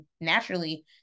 naturally